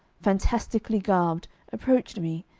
fantastically garbed, approached me,